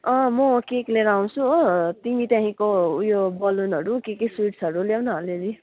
अँ म केक लिएर आउँछु हो तिमी त्यहाँदेखिको उयो बलुनहरू के के स्विट्स्हरू ल्याउन अलिअलि